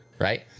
right